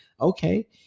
okay